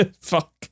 fuck